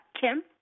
Kim